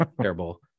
terrible